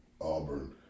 Auburn